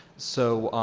so